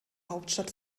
hauptstadt